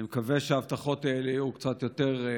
אני מקווה שההבטחות האלה יהיו קצת יותר,